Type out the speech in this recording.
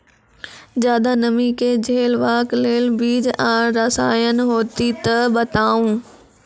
ज्यादा नमी के झेलवाक लेल बीज आर रसायन होति तऽ बताऊ?